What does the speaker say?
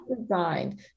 designed